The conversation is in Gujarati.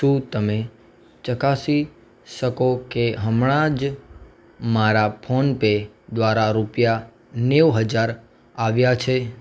શું તમે ચકાસી શકો કે હમણાં જ મારા ફોન પે દ્વારા રૂપિયા નેવું હજાર આવ્યાં છે